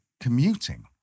commuting